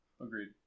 Agreed